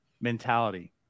mentality